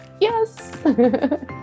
Yes